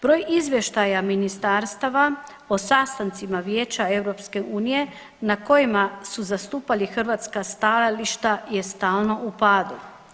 Broj izvještaja ministarstava o sastancima Vijeća EU na kojima su zastupali hrvatska stajališta je stalno u padu.